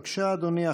בבקשה, אדוני.